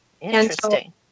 Interesting